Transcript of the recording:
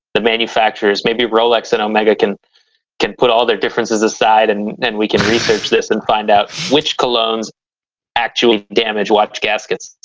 the manufacturers. maybe rolex and omega can can put all their differences aside, and then we can c research this and find out which colognes actually damage watch gaskets.